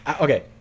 okay